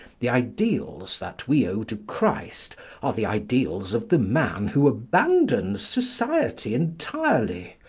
the ideals that we owe to christ are the ideals of the man who abandons society entirely,